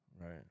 Right